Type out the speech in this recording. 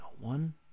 one